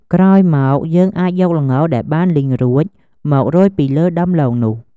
ក្រោយមកយើងអាចយកល្ងដែលបានលីងរួចមករោយពីលើដំឡូងនោះ។